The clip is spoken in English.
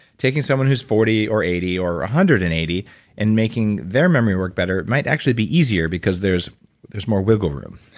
taking someone who's forty or eighty or one ah hundred and eighty and making their memory work better might actually be easier because there's there's more wiggle room